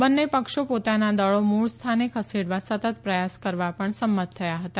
બંને પક્ષો પોતાના દળો મુળ સ્થાને ખસેડવા સતત પ્રયાસ કરવા પણ સંમત થયા હતા